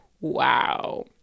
wow